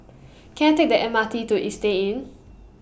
Can I Take The M R T to Istay Inn